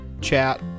chat